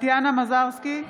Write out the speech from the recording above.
טטיאנה מזרסקי,